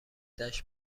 دشت